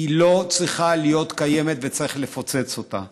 היא לא צריכה להיות קיימת וצריך לפוצץ אותה.